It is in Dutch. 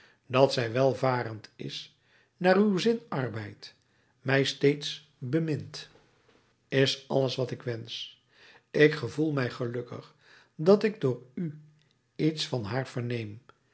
dat zij welvarend is naar uw zin arbeidt mij steeds bemint is alles wat ik wensch ik gevoel mij gelukkig dat ik door u iets van haar verneem